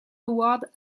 award